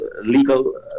legal